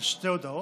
על שתי הודעות.